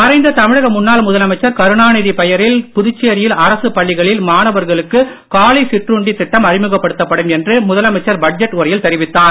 மறைந்த தமிழக முன்னாள் முதலமைச்சர் கருணாநிதி பெயரில் புதுச்சேரியில் அரசுப் பள்ளிகளில் மாணவர்களுக்கு காலை சிற்றுண்டி திட்டம் அறிமுகப்படுத்தப்படும் என்று முதலமைச்சர் பட்ஜெட் உரையில் தெரிவித்தார்